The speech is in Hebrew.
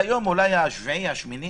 וביום השביעי או השמיני